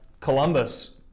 Columbus